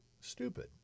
stupid